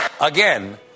Again